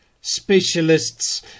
Specialists